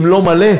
אם לא מלא,